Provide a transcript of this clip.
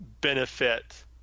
benefit